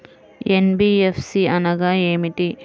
NBFC అనగా ఏమిటీ?